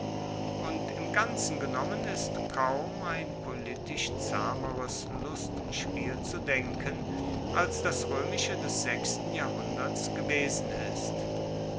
und im ganzen genommen ist kaum ein politisch zahmeres lustspiel zu denken als das roemische des sechsten jahrhunderts gewesen ist